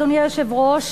אדוני היושב-ראש,